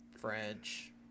french